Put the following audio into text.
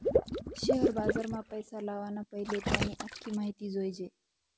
share बजारमा पैसा लावाना पैले त्यानी आख्खी माहिती जोयजे